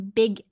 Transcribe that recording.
big